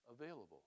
available